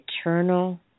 eternal